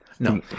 No